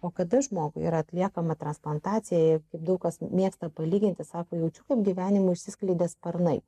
o kada žmogui yra atliekama transplantacija kaip daug kas mėgsta palyginti sako jaučiu kaip gyvenimui išsiskleidė sparnai